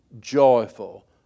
joyful